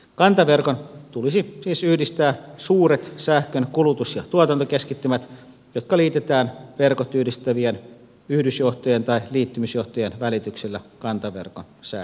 kantaverkon tulisi siis yhdistää suuret sähkön kulutus ja tuotantokeskittymät jotka liitetään verkot yhdistävien yhdysjohtojen tai liittymisjohtojen välityksellä kantaverkon sähköasemille